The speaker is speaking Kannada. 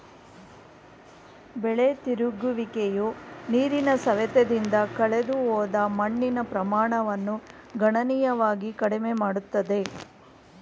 ಬೆಳೆ ತಿರುಗುವಿಕೆಯು ನೀರಿನ ಸವೆತದಿಂದ ಕಳೆದುಹೋದ ಮಣ್ಣಿನ ಪ್ರಮಾಣವನ್ನು ಗಣನೀಯವಾಗಿ ಕಡಿಮೆ ಮಾಡುತ್ತದೆ